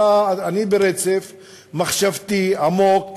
אני ברצף מחשבתי עמוק, קטעת אותי.